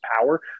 power